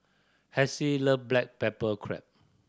Hassie love black pepper crab